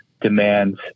demands